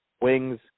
wings